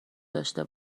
داشته